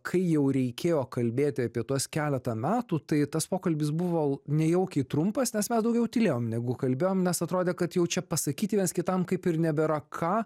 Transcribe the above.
kai jau reikėjo kalbėti apie tuos keletą metų tai tas pokalbis buvo l nejaukiai trumpas nes mes daugiau tylėjom negu kalbėjom nes atrodė kad jau čia pasakyti viens kitam kaip ir nebėra ką